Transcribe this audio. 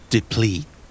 Deplete